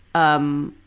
um,